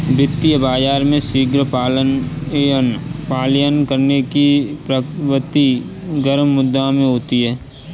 वित्तीय बाजार में शीघ्र पलायन करने की प्रवृत्ति गर्म मुद्रा में होती है